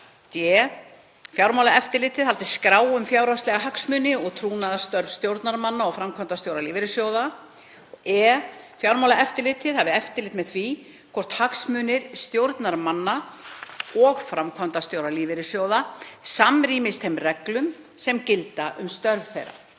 d. Fjármálaeftirlitið haldi skrá um fjárhagslega hagsmuni og trúnaðarstörf stjórnarmanna og framkvæmdastjóra lífeyrissjóða, e. Fjármálaeftirlitið hafi eftirlit með því hvort hagsmunir stjórnarmanna og framkvæmdastjóra lífeyrissjóða samrýmist þeim reglum sem gilda um störf þeirra.